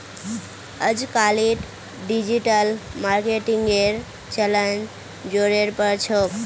अजकालित डिजिटल मार्केटिंगेर चलन ज़ोरेर पर छोक